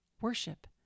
worship